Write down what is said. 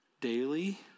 Daily